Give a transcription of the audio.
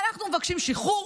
אנחנו מבקשים שחרור,